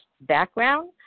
background